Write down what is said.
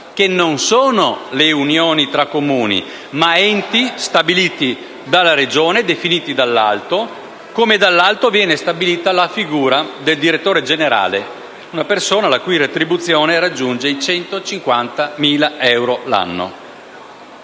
che non sono le unioni tra Comuni, ma enti stabiliti dalla Regione, definiti dall'alto, come dall'alto viene stabilita la figura del direttore generale, una persona la cui retribuzione raggiunge i 150.000 euro l'anno.